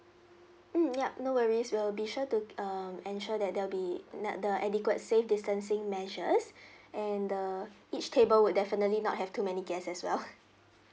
mm ya no worries we'll be sure to um ensure that there'll be ne~ the adequate safe distancing measures and the each table would definitely not have too many guests as well